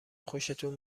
خوشتون